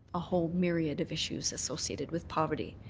a whole myriad of issues associated with poverty.